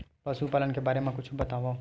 पशुपालन के बारे मा कुछु बतावव?